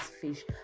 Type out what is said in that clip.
fish